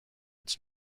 its